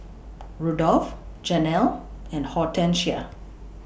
Rudolf Janell and Hortencia